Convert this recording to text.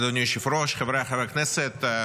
אדוני היושב-ראש, חבריי חברי הכנסת,